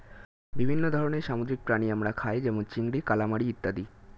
বিভিন্ন ধরনের সামুদ্রিক প্রাণী আমরা খাই যেমন চিংড়ি, কালামারী ইত্যাদি